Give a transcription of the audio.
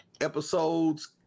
episodes